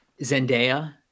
Zendaya